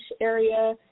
area